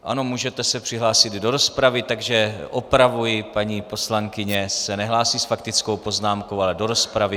Ano, můžete se přihlásit do rozpravy, takže opravuji, paní poslankyně se nehlásí s faktickou poznámkou, ale do rozpravy.